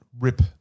rip